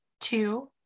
two